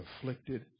afflicted